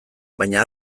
baina